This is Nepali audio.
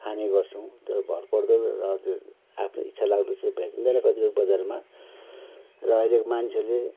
खाने गर्छौँ तर भरपर्दो र त्यो आफ्नो इच्छा लग्दा चाहिँ भेटिँदैन कतिवटा बजारमा र अहिलेको मान्छेहरूले